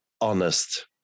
honest